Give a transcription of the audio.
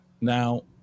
Now